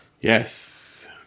Yes